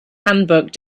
handbook